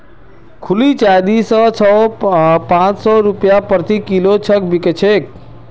खुली चाय दी सौ स पाँच सौ रूपया प्रति किलो तक बिक छेक